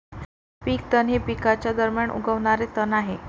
पीक तण हे पिकांच्या दरम्यान उगवणारे तण आहे